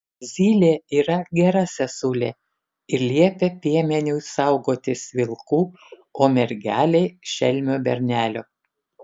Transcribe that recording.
zylė yra gera sesulė ir liepia piemeniui saugotis vilkų o mergelei šelmio bernelio